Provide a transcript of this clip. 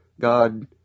God